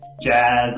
jazz